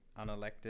Unelected